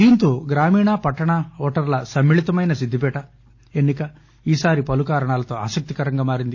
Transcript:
దీంతో గ్రామీణ పట్టణ ఓటర్ల సమ్మి ళితమైన సిద్దిపేట ఎన్ని క ఈసారి పలు కారణాలతో ఆసక్తికరంగా మారింది